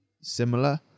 similar